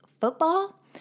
football